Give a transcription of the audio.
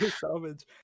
salvage